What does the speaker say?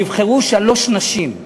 נבחרו שלוש נשים.